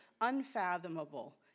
unfathomable